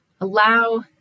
Allow